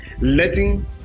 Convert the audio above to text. Letting